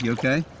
yeah okay?